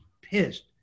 pissed